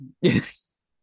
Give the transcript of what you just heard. Yes